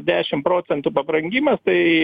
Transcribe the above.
dešim procentų pabrangimas tai